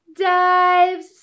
dives